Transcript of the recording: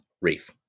Reef